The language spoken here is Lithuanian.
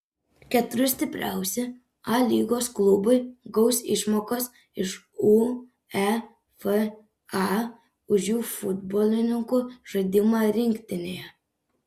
keturi stipriausi a lygos klubai gaus išmokas iš uefa už jų futbolininkų žaidimą rinktinėje